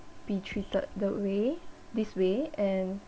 be treated that way this way and